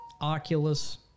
Oculus